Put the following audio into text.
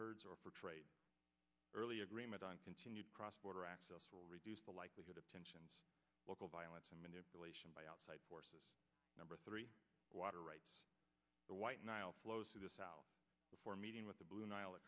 herds or for trade early agreement on continued cross border access will reduce the likelihood of tensions local violence and manipulation by outside forces number three water rights the white nile flows to the south before meeting with the blue nile